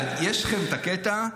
יש לכם את הקטע,